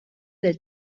del